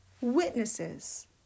witnesses